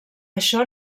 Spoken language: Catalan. això